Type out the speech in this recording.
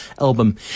Album